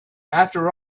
after